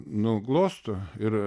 nuglosto ir